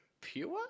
pure